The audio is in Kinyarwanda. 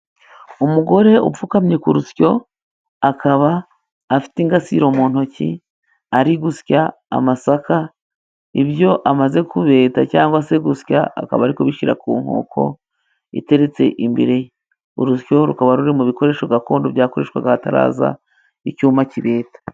Umugore upfukamye ku rusyo akaba afite ingasire mu ntoki ari gusya amasaka. Ibyo amaze kubeta cyangwa se gusya akaba ari kubishyira ku nkoko iteretse imbere ye. Urusyo rukaba ruri mu bikoresho gakondo byakoreshwaga hataraza icyuma kibeta.